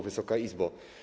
Wysoka Izbo!